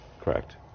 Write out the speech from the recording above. Correct